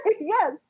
yes